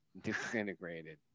disintegrated